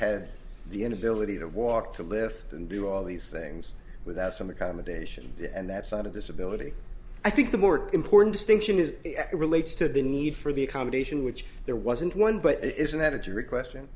had the inability to walk to lift and do all these things without some accommodation and that sort of disability i think the more important distinction is it relates to the need for the accommodation which there wasn't one but isn't that a jury question